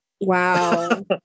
Wow